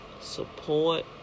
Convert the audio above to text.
support